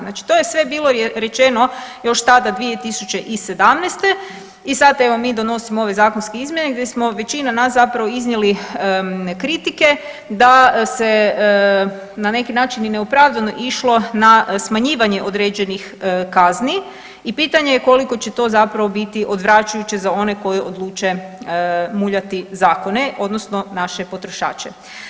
Znači to je sve bilo rečeno još tada, 2017. i sad evo mi donosimo ove zakonske izmjene gdje smo većina nas zapravo iznijeli kritike da se na neki način i neopravdano išlo na smjenjivanje određenih kazni i pitanje je koliko će to zapravo biti odvraćajuće za one koji odluče muljati zakone, odnosno naše potrošače.